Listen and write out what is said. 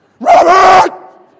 Robert